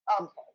okay